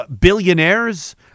billionaires